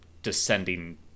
Descending